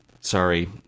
Sorry